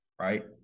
right